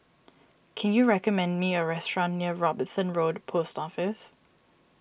can you recommend me a restaurant near Robinson Road Post Office